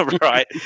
right